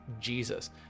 Jesus